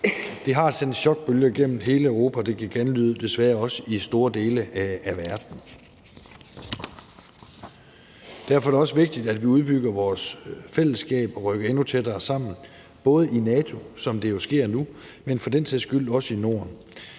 Det har sendt chokbølger igennem hele Europa, og det giver desværre også genlyd i store dele af verden. Derfor er det også vigtigt, at vi udbygger vores fællesskab og rykker endnu tættere sammen, både i NATO, som det jo sker nu, men for den sags skyld også i Norden.